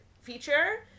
feature